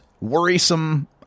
worrisome